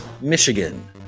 Michigan